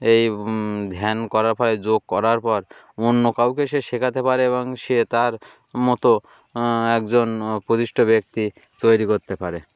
এই ধ্যান করার পরে যোগ করার পর অন্য কাউকে সে শেখাতে পারে এবং সে তার মতো একজন প্রতিষ্ঠিত ব্যক্তি তৈরি করতে পারে